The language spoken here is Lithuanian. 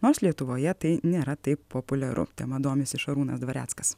nors lietuvoje tai nėra taip populiaru tema domisi šarūnas dvareckas